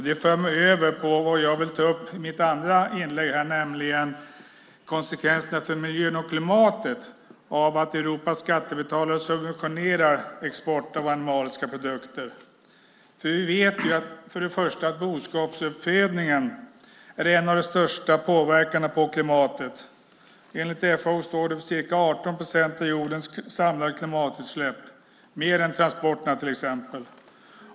Det för mig över på det jag vill ta upp i mitt andra inlägg här, nämligen konsekvenserna för miljön och klimatet av att Europas skattebetalare subventionerar export av animaliska produkter. Vi vet ju att boskapsuppfödningen är en av de största påverkarna på klimatet. Enligt FAO står det för ca 18 procent av jordens samlade klimatutsläpp. Det är mer än transporterna till exempel.